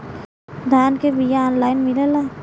धान के बिया ऑनलाइन मिलेला?